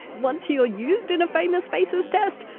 once you're used in a famous faces test,